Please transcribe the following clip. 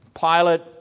Pilate